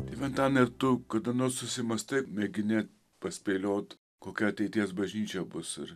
tėve antanai ar tu kada nors susimąstai mėgini paspėliot kokia ateities bažnyčia bus ir